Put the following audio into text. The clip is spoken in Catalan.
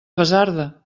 basarda